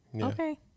Okay